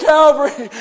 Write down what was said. Calvary